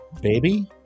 Baby